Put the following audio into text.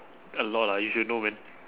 a lot ah you should know man